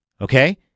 Okay